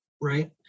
right